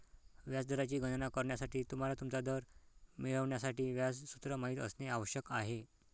व्याज दराची गणना करण्यासाठी, तुम्हाला तुमचा दर मिळवण्यासाठी व्याज सूत्र माहित असणे आवश्यक आहे